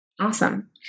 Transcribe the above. Awesome